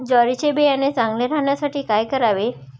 ज्वारीचे बियाणे चांगले राहण्यासाठी काय करावे?